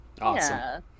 Awesome